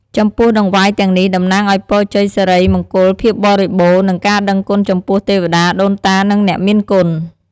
ចំពោះតង្វាយទាំងនេះ តំណាងឱ្យពរជ័យសិរីមង្គលភាពបរិបូរណ៍និងការដឹងគុណចំពោះទេវតាដូនតានិងអ្នកមានគុណ។